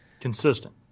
consistent